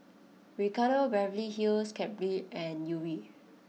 Ricardo Beverly Hills Cadbury and Yuri